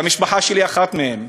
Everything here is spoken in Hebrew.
והמשפחה שלי אחת מהן.